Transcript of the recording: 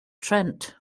trent